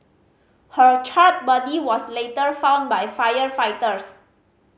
her charred body was later found by firefighters